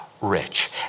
rich